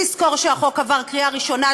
תזכור שהחוק עבר קריאה ראשונה,